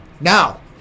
Now